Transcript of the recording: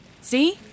See